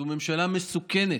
זו ממשלה מסוכנת,